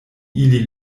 ili